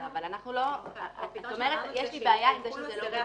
את אומרת שיש לך בעיה עם זה שזה לא ודאי.